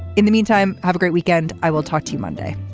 in the meantime have a great weekend. i will talk to you monday